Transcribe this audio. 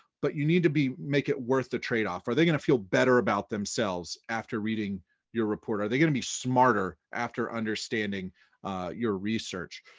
but you need to be making it worth the trade off. are they gonna feel better about themselves after reading your report? are they gonna be smarter after understanding your research?